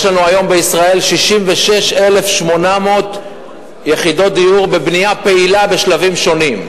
יש לנו היום בישראל 66,800 יחידות דיור בבנייה פעילה בשלבים שונים,